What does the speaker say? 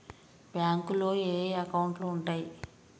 బ్యాంకులో ఏయే అకౌంట్లు ఉంటయ్?